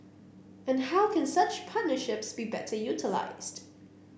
and how can such partnerships be better utilised